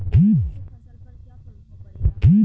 बाढ़ से फसल पर क्या प्रभाव पड़ेला?